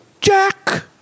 Jack